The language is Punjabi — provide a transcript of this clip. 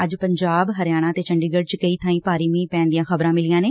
ਅੱਜ ਪੰਜਾਬ ਹਰਿਆਣਾ ਤੇ ਚੰਡੀਗੜ ਚ ਕਈ ਬਾਈਂ ਭਾਰੀ ਮੀਂਹ ਪੈਣ ਦੀਆਂ ਖੁਬਰਾਂ ਮਿਲੀਆਂ ਨੇ